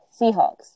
Seahawks